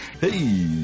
Hey